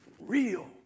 real